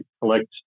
collect